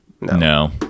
No